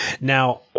Now